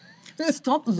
Stop